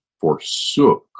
forsook